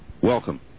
Welcome